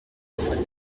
alfred